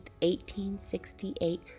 1868